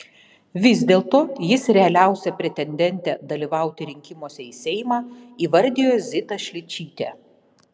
vis dėlto jis realiausia pretendente dalyvauti rinkimuose į seimą įvardijo zitą šličytę